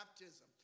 baptism